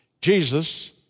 Jesus